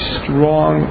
strong